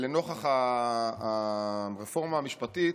לנוכח הרפורמה המשפטית,